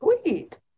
sweet